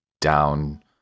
down